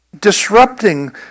Disrupting